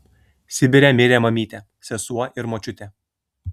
sibire mirė mamytė sesuo ir močiutė